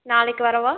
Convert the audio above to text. நாளைக்கு வரவா